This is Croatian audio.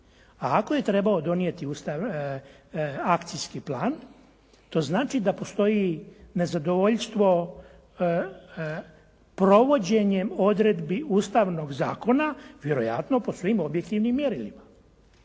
A ako je trebao akcijski plan, to znači da postoji nezadovoljstvo provođenjem odredbi ustavnog zakona vjerojatno po svim objektivnim mjerilima.